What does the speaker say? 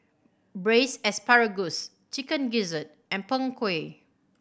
Braised Asparagus Chicken Gizzard and Png Kueh